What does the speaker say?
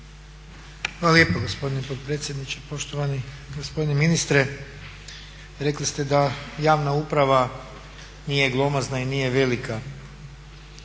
Hvala lijepo gospodine potpredsjedniče. Poštovani gospodine ministre, rekli ste da javna uprava nije glomazna i nije velika.